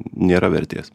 nėra vertės